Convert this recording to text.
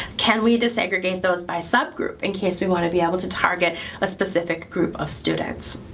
can we desegregate those by subgroup in case we want to be able to target a specific group of students?